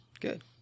Good